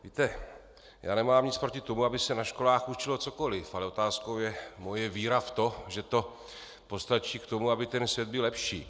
Víte, já nemám nic proti tomu, aby se na školách učilo cokoliv, ale otázkou je moje víra v to, že to postačí k tomu, aby ten svět byl lepší.